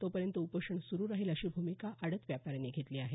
तोपर्यंत उपोषण चालूच राहील अशी भूमिका आडत व्यापाऱ्यांनी घेतली आहे